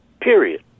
period